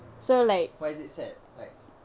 why it is sad like